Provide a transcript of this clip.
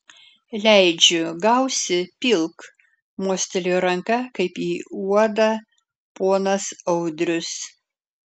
leidžiu gausi pilk mostelėjo ranka kaip į uodą ponas audrius